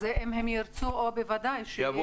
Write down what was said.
זה אם הם ירצו או בוודאי שזה יהיה?